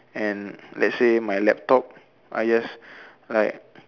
and let say my laptop I just like